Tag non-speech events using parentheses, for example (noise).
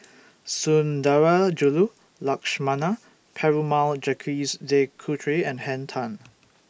(noise) Sundarajulu Lakshmana Perumal Jacques De Coutre and Henn Tan